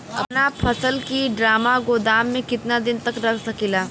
अपना फसल की ड्रामा गोदाम में कितना दिन तक रख सकीला?